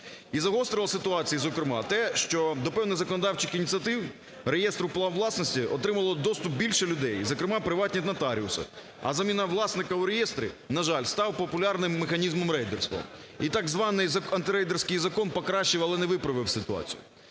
І загострило ситуацію, зокрема, те, що до певних законодавчих ініціатив - реєстру прав власності - отримало доступ більше людей, зокрема приватні нотаріуси. А заміна власника в реєстрі, на жаль, став популярним механізмом рейдерства. І так званий антирейдерський закон покращив, але не виправив ситуацію.